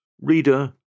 Reader